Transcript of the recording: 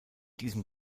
diesem